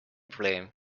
probleem